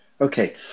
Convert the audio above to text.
Okay